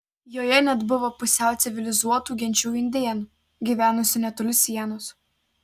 joje net buvo pusiau civilizuotų genčių indėnų gyvenusių netoli sienos